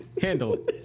handle